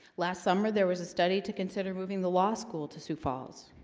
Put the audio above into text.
last summer there was a study to consider moving the law school to sioux falls